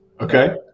Okay